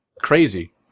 crazy